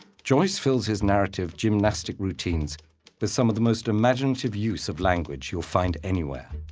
joyce fills his narrative gymnastic routines with some of the most imaginative use of language you'll find anywhere.